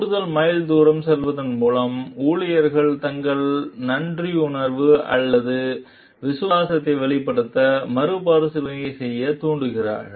கூடுதல் மைல் தூரம் செல்வதன் மூலம் ஊழியர்கள் தங்கள் நன்றியுணர்வை அல்லது விசுவாசத்தை வெளிப்படுத்த மறுபரிசீலனை செய்ய தூண்டப்படுகிறார்கள்